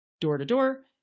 door-to-door